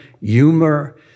humor